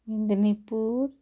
Medinipur